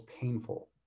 painful